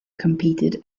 competed